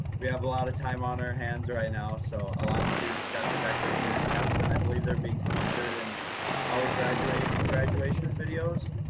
we have a lot of time on our hands right now, so a lot of students got to decorate their caps, and i believe they're being featured in our graduation graduation videos.